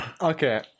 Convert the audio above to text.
Okay